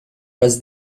was